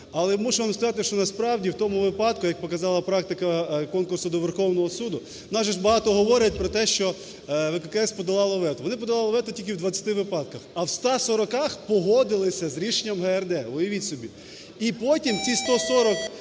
Але мушу вам сказати, що насправді в тому випадку, як показала практика конкурсу до Верховного Суду, у нас же багато говорять про те, що ВККС подолало вето. Вони подолали вето тільки у 20 випадках, а в 140 погодилися з рішенням ГРД, уявіть собі. І потім ті 140